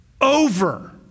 over